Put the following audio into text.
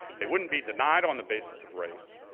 they wouldn't be denied on the basis of race,